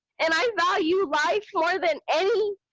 and i value life more than anything,